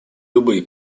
любые